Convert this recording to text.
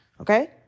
okay